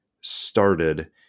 started